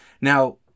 Now